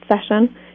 session